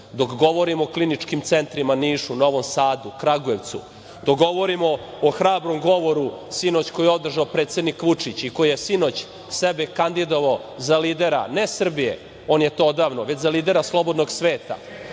dok govorimo o kliničkim centrima u Nišu, Novom Sadu, Kragujevcu, dok govorimo o hrabrom govoru sinoć koji je održao predsednik Vučić i koji je sinoć sebe kandidovao za lidera, ne Srbije, on je to odavno, već lidera slobodnog sveta,